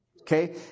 Okay